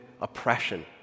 oppression